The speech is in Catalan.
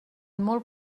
molt